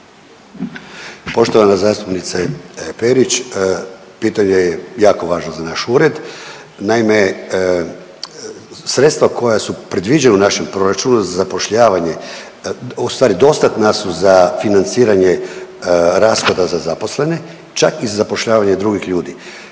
Poštovana zastupnice Perić. Pitanje je jako važno za naš ured. Naime, sredstva koja su predviđena u našem proračunu za zapošljavanje ustvari dostatna su za financiranje rashoda za zaposlene, čak i za zapošljavanje drugih ljudi.